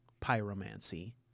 pyromancy